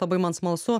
labai man smalsu